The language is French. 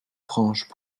franches